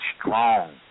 strong